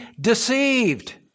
deceived